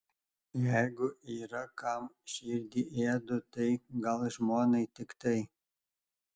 jeigu yra kam širdį ėdu tai gal žmonai tiktai